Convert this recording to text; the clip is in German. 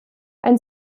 ein